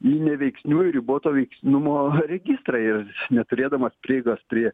į neveiksnių ir riboto veiksnumo registrą ir neturėdamas prieigos prie